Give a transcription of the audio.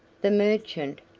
the merchant,